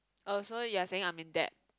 oh so you're saying I'm in debt